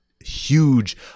huge